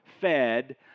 fed